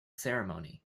ceremony